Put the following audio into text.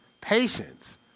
Patience